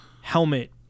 helmet